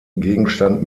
gegenstand